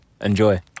enjoy